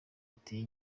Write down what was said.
iteye